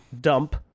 dump